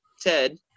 Ted